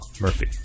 Murphy